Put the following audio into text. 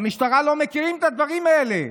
במשטרה לא מכירים את הדברים האלה.